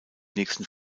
nächsten